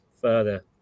further